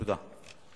תודה.